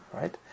right